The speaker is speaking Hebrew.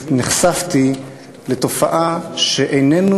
נחשפתי לתופעה שאיננו